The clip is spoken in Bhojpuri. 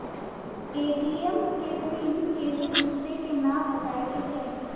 ए.टी.एम के पिन केहू दुसरे के न बताए के चाही